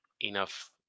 enough